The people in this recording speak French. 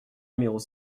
numéros